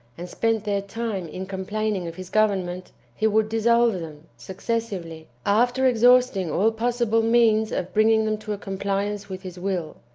and spent their time in complaining of his government, he would dissolve them, successively, after exhausting all possible means of bringing them to a compliance with his will.